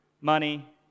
money